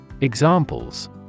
Examples